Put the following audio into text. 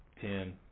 Ten